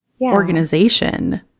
organization